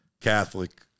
Catholic